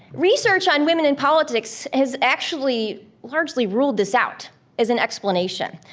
research on women in politics has actually largely ruled this out as an explanation.